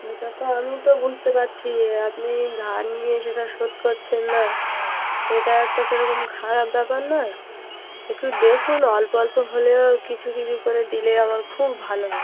এটা তো আমি তো বুঝতে পারছি যে আপনি ধার নিয়ে সেটা শোধ করছেন না এটা একটা কিরকম খারাপ ব্যাপার নয় একটু দেখুন অল্প অল্প হলেও কিছু কিছু করে দিলে আমার খুব ভালো হয়